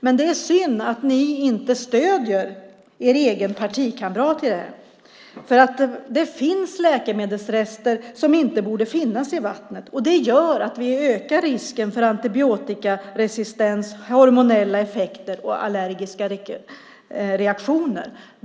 Men det är synd att ni inte stöder era egna partikamrater här, för det finns läkemedelsrester som inte borde finnas i vattnet. Det gör att vi ökar risken för antibiotikaresistens, hormonella effekter och allergiska reaktioner.